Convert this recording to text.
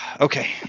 okay